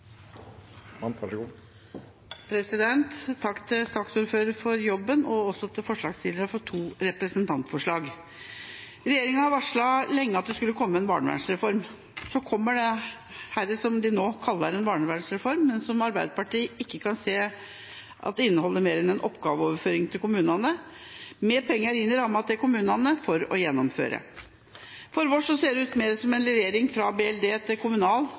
Takk til saksordføreren for jobben, og takk til forslagsstillerne for to representantforslag. Regjeringa har lenge varslet at det skulle komme en barnevernsreform. Så kommer denne, som de kaller barneversreform, men som Arbeiderpartiet ikke kan se inneholder mer enn en oppgaveoverføring til kommunene, med penger inn i rammen til kommunene for å gjennomføre. For oss ser det mer ut som en levering fra Barne- og likestillingsdepartementet til